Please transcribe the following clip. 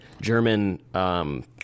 German